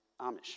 Amish